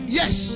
yes